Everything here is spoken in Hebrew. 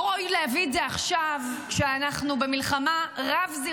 לא ראוי להביא את זה עכשיו כשאנחנו במלחמה רב-זירתית,